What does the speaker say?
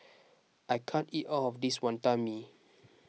I can't eat all of this Wantan Mee